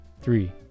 three